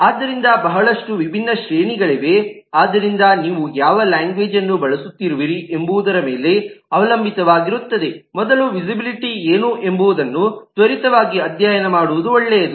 ಆದ್ದರಿಂದ ಬಹಳಷ್ಟು ವಿಭಿನ್ನ ಶ್ರೇಣಿಗಳಿವೆ ಆದ್ದರಿಂದ ನೀವು ಯಾವ ಲ್ಯಾಂಗ್ವೇಜ್ಅನ್ನು ಬಳಸುತ್ತಿರುವಿರಿ ಎಂಬುದರ ಮೇಲೆ ಅವಲಂಬಿತವಾಗಿರುತ್ತದೆ ಮೊದಲು ವಿಸಿಬಿಲಿಟಿ ಏನು ಎಂಬುದನ್ನು ತ್ವರಿತವಾಗಿ ಅಧ್ಯಯನ ಮಾಡುವುದು ಒಳ್ಳೆಯದು